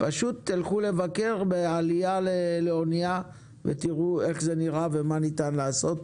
פשוט תלכו לבקר בעלייה לאונייה ותראו איך זה נראה ומה ניתן לעשות,